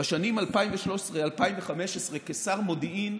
בשנים 2013 2015, כשר מודיעין,